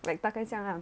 like 大概 ah